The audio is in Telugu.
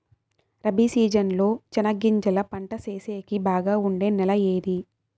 రబి సీజన్ లో చెనగగింజలు పంట సేసేకి బాగా ఉండే నెల ఏది?